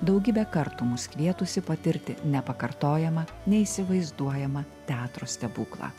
daugybę kartų mus kvietusi patirti nepakartojamą neįsivaizduojamą teatro stebuklą